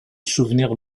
souvenir